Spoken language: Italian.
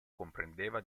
comprendeva